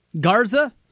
Garza